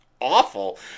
awful